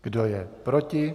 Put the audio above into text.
Kdo je proti?